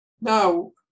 Now